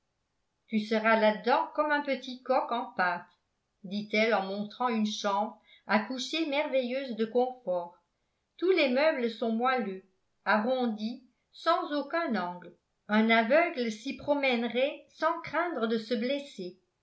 tu seras là dedans comme un petit coq en pâte dit-elle en montrant une chambre à coucher merveilleuse de confort tous les meubles sont moelleux arrondis sans aucun angle un aveugle s'y promènerait sans craindre de se blesser